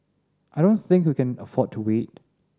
I don't think we can afford to wait